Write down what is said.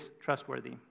trustworthy